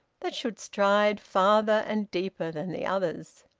that should stride farther and deeper than the others.